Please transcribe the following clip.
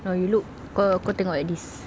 no you look kau kau tengok eh this